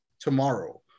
tomorrow